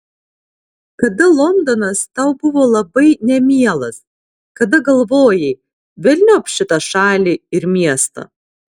kada londonas tau buvo labai nemielas kada galvojai velniop šitą šalį ir miestą